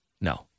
No